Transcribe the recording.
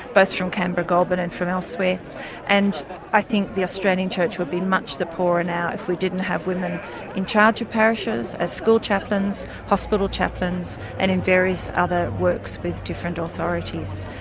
both from canberra-goulburn and from elsewhere and i think the australian church would be much the poorer now if we didn't have women in charge of parishes as school chaplains, hospital chaplains and in various other works with different authorities.